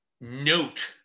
note